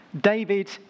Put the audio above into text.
David